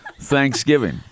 Thanksgiving